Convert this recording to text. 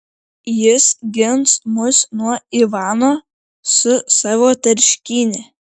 jis gins mus nuo ivano su savo tarškyne